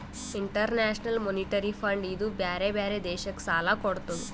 international monetary fund ಇದೂ ಬ್ಯಾರೆ ಬ್ಯಾರೆ ದೇಶಕ್ ಸಾಲಾ ಕೊಡ್ತುದ್